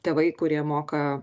tėvai kurie moka